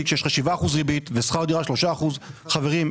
כשיש לך 7% ריבית ושכר דירה 3%. חברים,